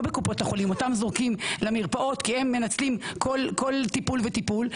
לא בקופות החולים כי אותם זורקים למרפאות כי הם מנצלים כל טיפול וטיפול,